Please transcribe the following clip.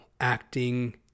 Acting